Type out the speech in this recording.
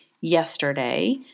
yesterday